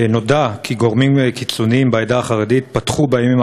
נודע כי גורמים קיצוניים בעדה החרדית פתחו בימים